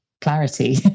clarity